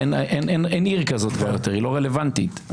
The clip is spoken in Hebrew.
אין כבר עיר כזאת, היא לא רלוונטית.